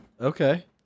Okay